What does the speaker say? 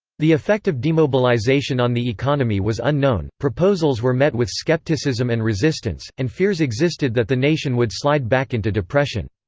the effect of demobilization on the economy was unknown, proposals were met with skepticism and resistance, and fears existed that the nation would slide back into depression.